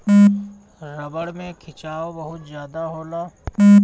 रबड़ में खिंचाव बहुत ज्यादा होला